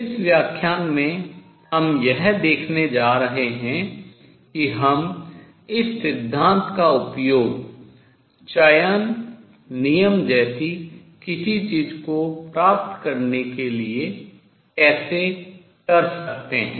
इस व्याख्यान में हम यह देखने जा रहे हैं कि हम इस सिद्धांत का उपयोग चयन नियम जैसी किसी चीज़ को प्राप्त करने के लिए कैसे कर सकते हैं